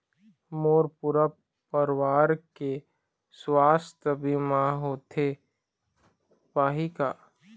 मोर पूरा परवार के सुवास्थ बीमा होथे पाही का?